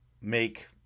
make